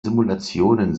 simulationen